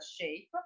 shape